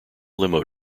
limo